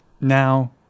now